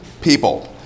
people